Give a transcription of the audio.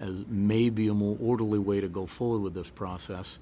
it may be a more orderly way to go forward with this process